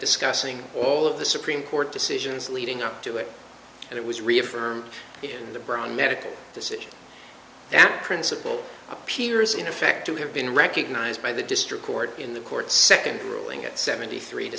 discussing all of the supreme court decisions leading up to it and it was reaffirmed in the brown medical decision after principle appears in effect to have been recognized by the district court in the courts second ruling it seventy three to